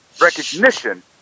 recognition